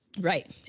right